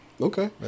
Okay